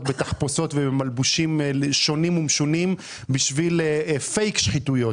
בתחפושות ובמלבושים שונים ומשונים בשביל פייק-שחיתויות,